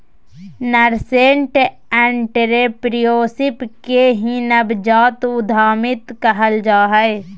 nascent entrepreneurship के ही नवजात उद्यमिता कहल जा हय